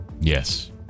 yes